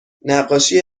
نقاشی